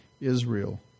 Israel